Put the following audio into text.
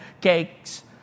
cakes